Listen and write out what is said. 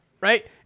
Right